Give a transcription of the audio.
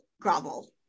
grovel